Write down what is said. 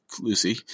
Lucy